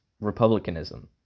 Republicanism